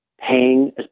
paying